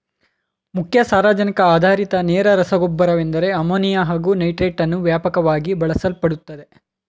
ಮುಖ್ಯ ಸಾರಜನಕ ಆಧಾರಿತ ನೇರ ರಸಗೊಬ್ಬರವೆಂದರೆ ಅಮೋನಿಯಾ ಹಾಗು ನೈಟ್ರೇಟನ್ನು ವ್ಯಾಪಕವಾಗಿ ಬಳಸಲ್ಪಡುತ್ತದೆ